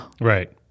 Right